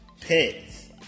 pets